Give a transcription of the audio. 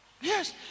Yes